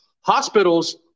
Hospitals